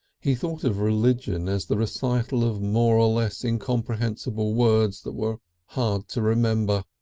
he thought of religion as the recital of more or less incomprehensible words that were hard to remember,